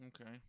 Okay